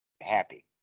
happy